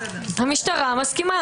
מסכימה.